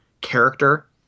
character